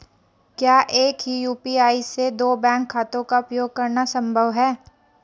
क्या एक ही यू.पी.आई से दो बैंक खातों का उपयोग करना संभव है?